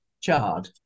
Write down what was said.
Chard